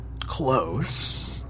Close